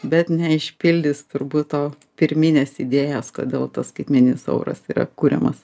bet neišpildys turbūt to pirminės idėjos kodėl tas skaitmeninis auras yra kuriamas